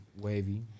wavy